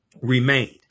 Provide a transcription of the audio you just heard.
remained